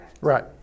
Right